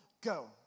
go